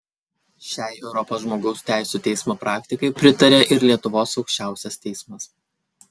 šiai europos žmogaus teisių teismo praktikai pritaria ir lietuvos aukščiausias teismas